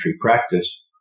practice